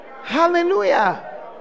Hallelujah